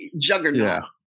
juggernaut